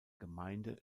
gemeinde